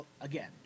again